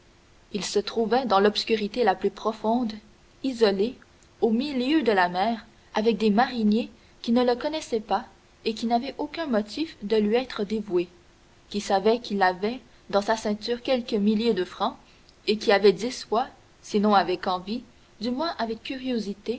il se trouvait dans l'obscurité la plus profonde isolé au milieu de la mer avec des mariniers qui ne le connaissaient pas et qui n'avaient aucun motif de lui être dévoués qui savaient qu'il avait dans sa ceinture quelques milliers de francs et qui avaient dix fois sinon avec envie du moins avec curiosité